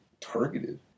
targeted